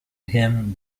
him